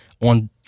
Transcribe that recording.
on